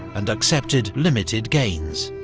and accepted limited gains,